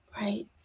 right